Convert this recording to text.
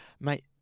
mate